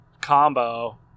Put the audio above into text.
combo